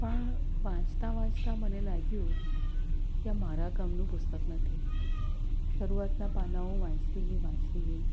પણ વાંચતાં વાંચતાં મને લાગ્યું કે આ મારા કામનું પુસ્તક નથી શરૂઆતના પાનાઓ વાંચતી ગઈ વાંચતી ગઈ